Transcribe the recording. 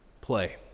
play